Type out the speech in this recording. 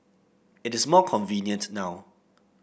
it is more convenient now